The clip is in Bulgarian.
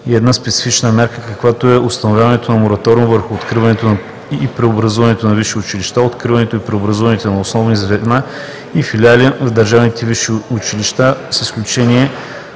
и една специфична мярка, каквато е установяването на мораториум върху откриването и преобразуването на висши училища; откриването и преобразуването на основни звена и филиали в държавните висши училища с изключение